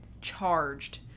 charged